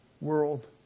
world